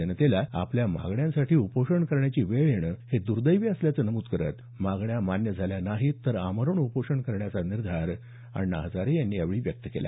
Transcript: जनतेला आपल्या मागण्यांसाठी उपोषण करण्याची वेळ येणं हे दुर्देवी असल्याचं नमूद करत मागण्या मान्य झाल्या नाहीत तर आमरण उपोषण सुरू ठेवण्याचा निर्धार अण्णा हजारे यांनी यावेळी व्यक्त केला